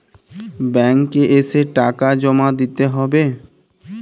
Bank এ এসে টাকা জমা দিতে হবে?